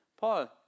Paul